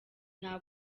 nta